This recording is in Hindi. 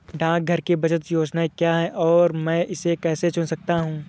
डाकघर की बचत योजनाएँ क्या हैं और मैं इसे कैसे चुन सकता हूँ?